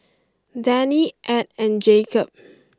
Dannie Edd and Jacob